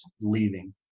leaving